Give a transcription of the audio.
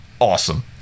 Awesome